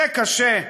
זה קשה.